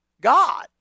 God